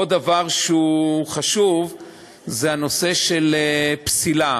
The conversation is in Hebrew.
עוד דבר חשוב זה הנושא של פסילה.